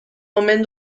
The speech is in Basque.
omen